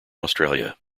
australia